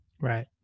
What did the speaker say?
Right